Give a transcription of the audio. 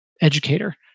educator